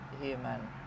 human